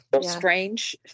Strange